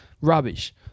Rubbish